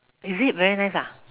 is it very nice ah